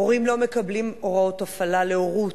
הורים לא מקבלים הוראות הפעלה להורות.